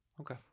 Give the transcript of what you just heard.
Okay